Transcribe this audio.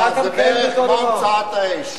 זה בערך כמו המצאת האש.